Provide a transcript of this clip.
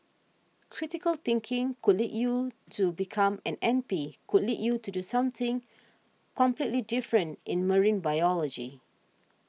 critical thinking could lead you to become an M P could lead you to do something completely different in marine biology